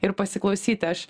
ir pasiklausyti aš